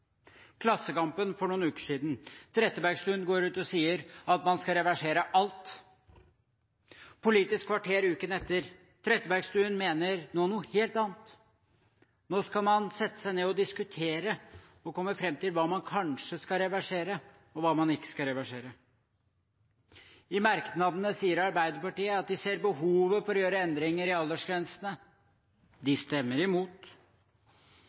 Klassekampen for noen uker siden: Trettebergstuen går ut og sier at man skal reversere alt. Politisk kvarter uken etter: Trettebergstuen mener nå noe helt annet – nå skal man sette seg ned og diskutere og komme fram til hva man kanskje skal reversere, og hva man ikke skal reversere. I merknadene sier Arbeiderpartiet at de ser behovet for å gjøre endringer i aldersgrensene – de stemmer imot.